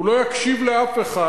הוא לא יקשיב לאף אחד,